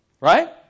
right